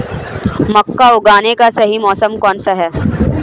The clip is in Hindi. मक्का उगाने का सही मौसम कौनसा है?